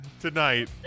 tonight